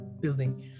building